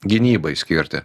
gynybai skirti